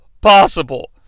possible